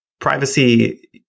Privacy